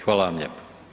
Hvala vam lijepo.